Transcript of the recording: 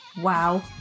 Wow